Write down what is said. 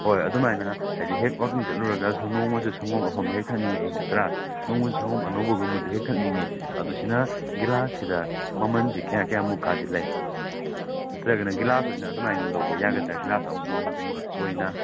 ꯍꯣꯏ ꯑꯗꯨꯃꯥꯏꯅ ꯍꯥꯏꯗꯤ ꯍꯦꯛ ꯋꯥꯛꯀꯤꯡ ꯆꯠꯂꯨꯔꯒ ꯅꯣꯡꯃꯁꯨ ꯁꯪꯒꯣꯝ ꯑꯐꯝꯕ ꯍꯦꯛ ꯊꯛꯅꯤꯡꯉꯛꯏ ꯅꯠꯇ꯭ꯔꯥ ꯅꯣꯡꯃꯁꯨ ꯁꯪꯒꯣꯝ ꯑꯅꯧꯕꯒꯨꯝꯕꯗꯣ ꯍꯦꯛ ꯊꯛꯅꯤꯡꯉꯦ ꯑꯗꯨ ꯁꯤꯅ ꯒꯤꯂꯥꯁ ꯁꯤꯗ ꯃꯃꯜꯁꯤ ꯀꯌꯥ ꯀꯌꯥꯃꯨꯛ ꯀꯥꯗꯤ ꯂꯩ ꯅꯠꯇ꯭ꯔꯒꯅ ꯒꯤꯂꯥꯁ ꯑꯣꯏꯅ ꯑꯗꯨꯃꯥꯏꯅ ꯂꯧꯕ ꯌꯥꯒꯗ꯭ꯔꯥ ꯒꯤꯂꯥꯁ ꯑꯃꯃꯝꯒꯨꯝꯕ ꯆꯣꯏꯅ